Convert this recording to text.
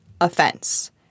offense